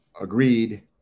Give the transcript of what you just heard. Agreed